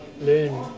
learn